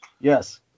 Yes